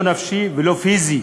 לא נפשי ולא פיזי.